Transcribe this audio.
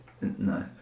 No